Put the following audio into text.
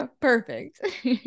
perfect